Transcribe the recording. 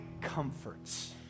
comforts